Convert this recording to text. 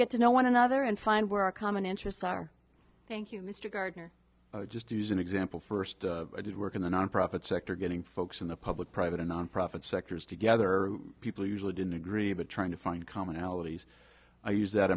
get to know one another and find where our common interests are thank you mr gardner just to use an example first i did work in the nonprofit sector getting folks in the public private and nonprofit sector is together people usually didn't agree but trying to find commonalities i use that